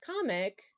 comic